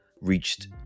Reached